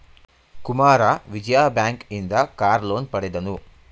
ಕುಮಾರ ವಿಜಯ ಬ್ಯಾಂಕ್ ಇಂದ car loan ಪಡೆದನು